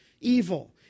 Evil